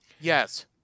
Yes